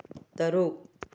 ꯇꯔꯨꯛ